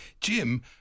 Jim